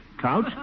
Couch